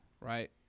right